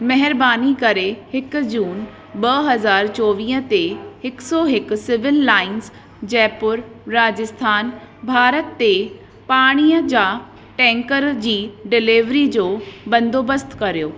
महिरबानी करे हिकु जून ॿ हज़ार चोवीह ते हिक्कु सौ हिकु सिविल लाइन्स जयपुर राजस्थान भारत ते पाणीअ जा टैंकर जी डिलेवरी जो बंदोबस्त कयो